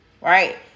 right